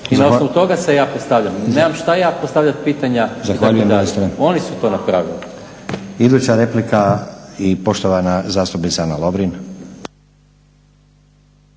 I na osnovu toga se ja postavljam, nemam šta ja postavljat pitanja …. Oni su to napravili.